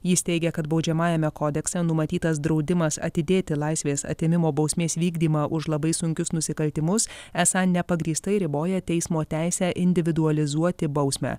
jis teigia kad baudžiamajame kodekse numatytas draudimas atidėti laisvės atėmimo bausmės vykdymą už labai sunkius nusikaltimus esą nepagrįstai riboja teismo teisę individualizuoti bausmę